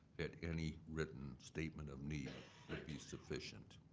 that any written statement of need would be sufficient.